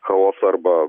chaosą arba